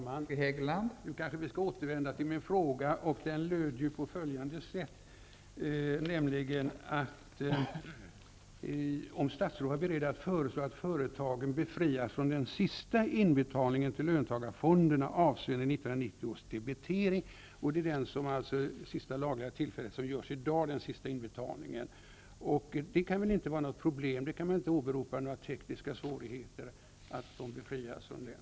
Fru talman! Nu kanske vi bör återvända till min fråga. Jag frågade om statsrådet var beredd att föreslå att företagen befrias från den sista inbetalningen till löntagarfonderna, avseende 1990 års debitering. Denna sista inbetalning skall ske i dag. En sådan befrielse kan väl knappast utgöra något problem.